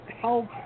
help